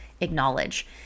acknowledge